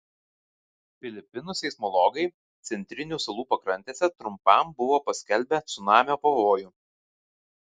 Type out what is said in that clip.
filipinų seismologai centrinių salų pakrantėse trumpam buvo paskelbę cunamio pavojų